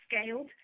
scaled